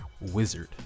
wizard